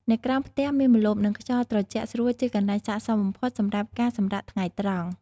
នៅក្រោមផ្ទះមានម្លប់ និងខ្យល់ត្រជាក់ស្រួលជាកន្លែងសាកសមបំផុតសម្រាប់ការសម្រាកថ្ងៃត្រង់។